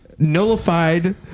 nullified